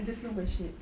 I just know my shit